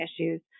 issues